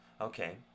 Okay